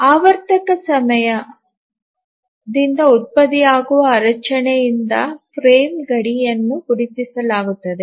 ಮತ್ತು ಆವರ್ತಕ ಸಮಯದಿಂದ ಉತ್ಪತ್ತಿಯಾಗುವ ಅಡಚಣೆಗಳಿಂದ ಫ್ರೇಮ್ ಗಡಿಗಳನ್ನು ಗುರುತಿಸಲಾಗುತ್ತದೆ